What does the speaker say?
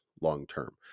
long-term